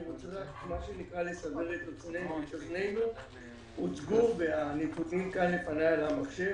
אני רוצה לסבר את אוזנינו והנתונים כאן לפניי במחשב,